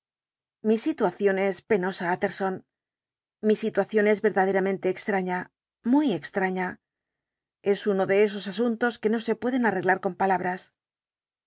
mi situación es penosa utterson mi situación es verdaderamente extraña muy extraña es uno de esos asuntos que no se pueden arreglar con palabras